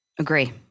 Agree